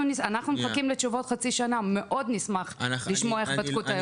אנחנו מחכים לתשובות חצי שנה ומאוד נשמח איך בדקו את האירוע הזה.